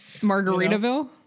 Margaritaville